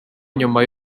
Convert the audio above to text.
nyuma